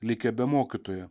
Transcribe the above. likę be mokytojo